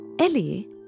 Ellie